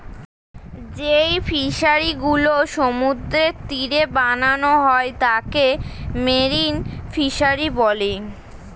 যেই ফিশারি গুলো সমুদ্রের তীরে বানানো হয় তাকে মেরিন ফিসারী বলে